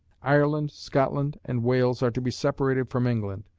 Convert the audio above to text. ireland, scotland, and wales, are to be separated from england,